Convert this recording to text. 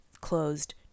closed